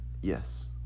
Yes